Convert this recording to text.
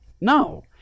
no